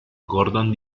gordon